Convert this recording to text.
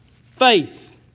Faith